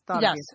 Yes